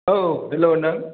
औ हेल' नों